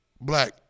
black